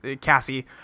Cassie